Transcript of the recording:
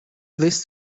this